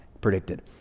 predicted